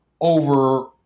over